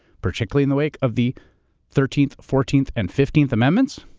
particularly in the wake of the thirteenth, fourteenth and fifteenth amendments.